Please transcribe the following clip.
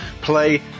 play